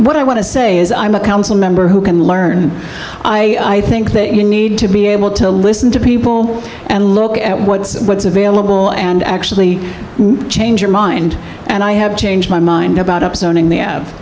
what i want to say is i'm a council member who can learn i think that you need to be able to listen to people and look at what's what's available and actually change your mind and i have changed my mind about ups owning the